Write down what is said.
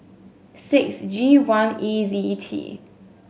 six G one E Z T